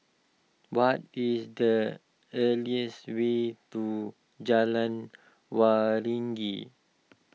what is the earliest way to Jalan Waringin